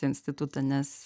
institutą nes